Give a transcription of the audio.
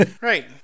Right